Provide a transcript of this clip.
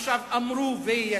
היא, האם עכשיו אמרו ויישמו,